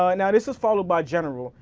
um now this is followed by general.